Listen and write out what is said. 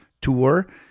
tour